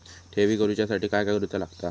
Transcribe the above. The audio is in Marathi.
ठेवी करूच्या साठी काय करूचा लागता?